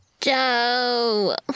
Joe